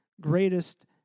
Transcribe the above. greatest